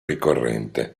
ricorrente